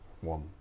one